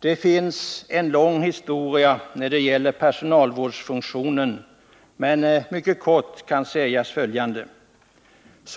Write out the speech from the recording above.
Personalvårdsfunktionen har en lång historia, men mycket kort kan följande sägas.